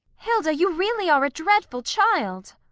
hilde, you really are a dreadful child!